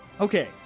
Okay